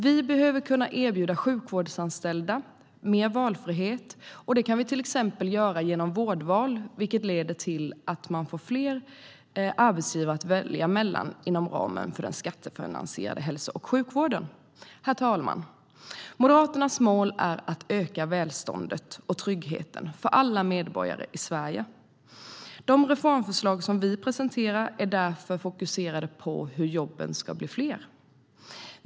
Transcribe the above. Vi behöver kunna erbjuda sjukvårdsanställda mer valfrihet. Det kan vi göra till exempel genom vårdval, vilket leder till att man får fler arbetsgivare att välja mellan inom ramen för den skattefinansierade hälso och sjukvården. Herr talman! Moderaternas mål är att öka välståndet och tryggheten för alla medborgare i Sverige. De reformförslag som vi presenterar är därför fokuserade på hur jobben ska bli fler.